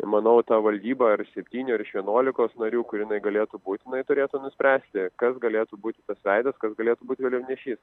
manau ta valdyba ar iš septynių iš vienuolikos narių kur jinai galėtų būt jinai turėtų nuspręsti kas galėtų būti tas veidas kasd galėtų būti vėliavnešys